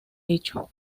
hecho